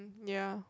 ya